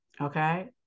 okay